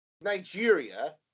Nigeria